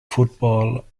football